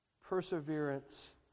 perseverance